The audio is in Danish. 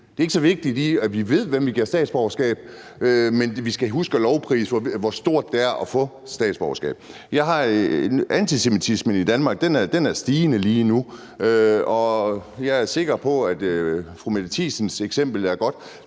Det er ikke så vigtigt, at vi ved, hvem vi giver statsborgerskab, men vi skal huske at lovprise, hvor stort det er at få statsborgerskab. Antisemitismen i Danmark er stigende lige nu, og jeg er sikker på, at fru Mette Thiesens eksempel er godt.